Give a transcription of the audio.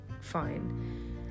fine